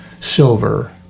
silver